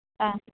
ആഹ്